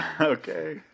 Okay